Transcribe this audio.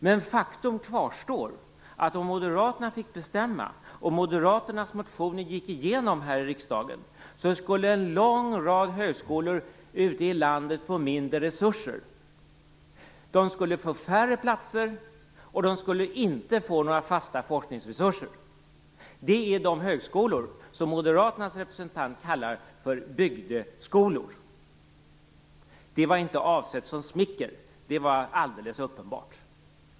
Men faktum kvarstår att om Moderaterna fick bestämma och om Moderaternas motioner gick igenom här i riksdagen skulle en lång rad högskolor ute i landet få mindre resurser. De skulle få färre platser, och de skulle inte få några fasta forskningsresurser. Det är de högskolor som Moderaternas representant kallar för bygdeskolor. Det var inte avsett som smicker, det var alldeles uppenbart.